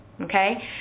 Okay